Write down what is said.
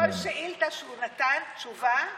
כל שאילתה שהוא נתן תשובה עליה,